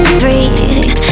breathe